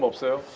um so?